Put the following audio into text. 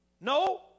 No